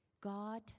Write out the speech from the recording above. God